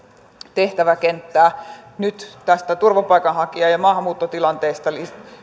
tehtäväkenttää nyt tästä turvapaikanhakija ja ja maahanmuuttotilanteesta